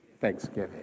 thanksgiving